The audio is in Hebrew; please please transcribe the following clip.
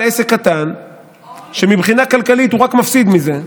עסק קטן שמבחינה כלכלית הוא רק מפסיד מזה,